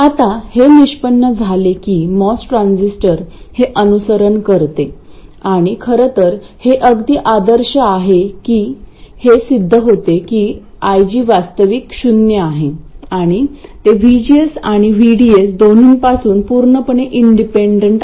आता हे निष्पन्न झाले की मॉस ट्रान्झिस्टर हे अनुसरण करते आणि खरं तर हे अगदी आदर्श आहे की हे सिद्ध होते की IG वास्तविक शून्य आहे आणि ते VGS आणि VDS दोन्ही पासून पूर्णपणे इंडिपेंडंट आहे